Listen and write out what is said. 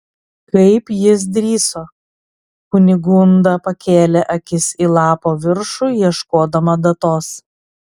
kaip jis drįso kunigunda pakėlė akis į lapo viršų ieškodama datos